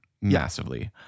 massively